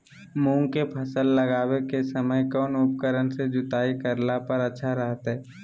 मूंग के फसल लगावे के समय कौन उपकरण से जुताई करला पर अच्छा रहतय?